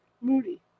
Moody